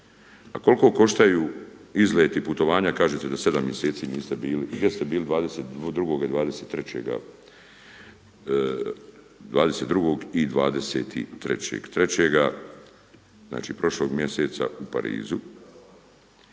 A koliko koštaju izleti, putovanja? Kažete da sedam mjeseci niste bili. Gdje ste bili 22. i 23.3. znači prošlog mjeseca u Parizu,